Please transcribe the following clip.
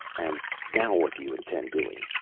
and now what do you intend doing?